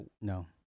no